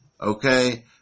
Okay